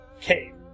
Cave